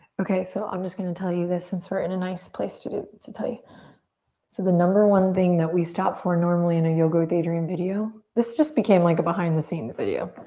okay, so i'm just gonna tell you this since we're in a nice place to to tell you. so the number one thing that we stop for normally in a yoga with adriene video, this just became like a behind the scenes video.